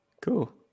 Cool